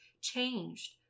changed